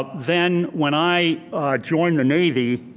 then when i joined the navy,